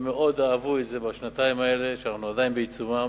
הם מאוד אהבו בשנתיים האלה, שאנחנו עדיין בעיצומן,